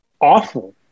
awful